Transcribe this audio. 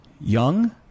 young